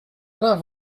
plein